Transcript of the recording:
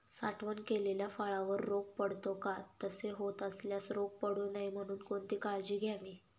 साठवण केलेल्या फळावर रोग पडतो का? तसे होत असल्यास रोग पडू नये म्हणून कोणती काळजी घ्यावी?